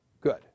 good